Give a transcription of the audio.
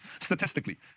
Statistically